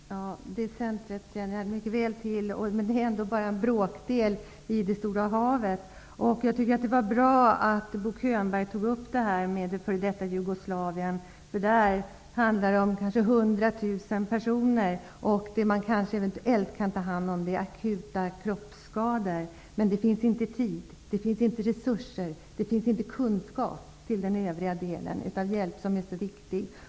Herr talman! Det centret känner jag mycket väl till, men det är ändå bara en bråkdel i det stora havet. Det är bra att Bo Könberg nämnde det forna Jugoslavien. Det handlar om kanske hundra tusen personer. Det man eventuellt kan ta hand om är akuta kroppsskador. Det finns inte tid, resurser och kunskap för den övriga delen av hjälpen, som är så viktig.